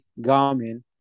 Garmin